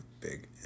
big